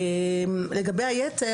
לגבי היתר,